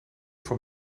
van